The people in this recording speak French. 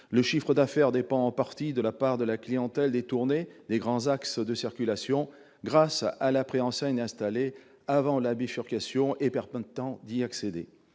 Le chiffre d'affaires dépend en partie de la clientèle détournée des grands axes de circulation grâce à la préenseigne installée avant la bifurcation permettant d'accéder